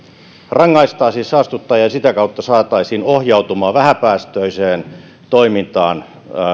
rangaistaan siis saastuttajaa ja sitä kautta saataisiin ohjautumaan vähäpäästöiseen toimintaan